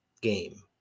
game